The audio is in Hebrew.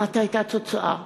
מה הייתה התוצאה?